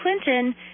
Clinton